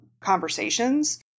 conversations